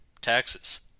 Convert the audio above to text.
taxes